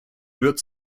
wird